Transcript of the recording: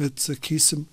bet sakysim